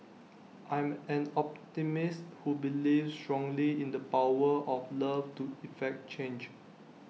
I'm an optimist who believes strongly in the power of love to effect change